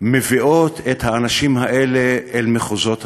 מביאות את האנשים האלה אל מחוזות האנושיות.